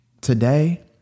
Today